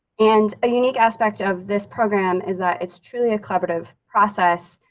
and a unique aspect of this program is that it's truly a collaborative process